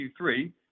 Q3